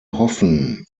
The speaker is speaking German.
hoffen